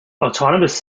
autonomous